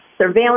surveillance